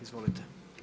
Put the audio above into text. Izvolite.